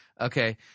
okay